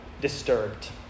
disturbed